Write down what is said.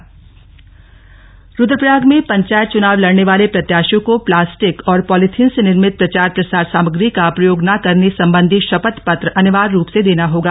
शपथ पत्र रुद्रप्रयाग रुद्रप्रयाग में पंचायत चूनाव लड़ने वाले प्रत्याशियों को प्लास्टिक और पॉलीथीन से निर्मित प्रचार प्रसार सामग्री का प्रयोग न करने संबंधी ्शपथ पत्र अनिवार्य रूप से देना होगा